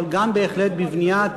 אבל גם בהחלט בבניית